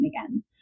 again